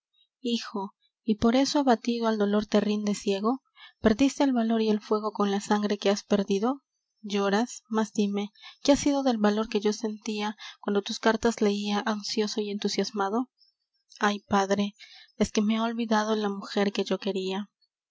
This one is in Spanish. hijo y por eso abatido al dolor te rindes ciego perdiste el valor y el fuego con la sangre que has perdido lloras mas dime qué ha sido del valor que yo sentia cuando tus cartas leía ansioso y entusiasmado ay padre es que me ha olvidado la mujer que yo quería